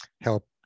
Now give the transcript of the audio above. help